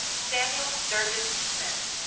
samuel sturgis smith.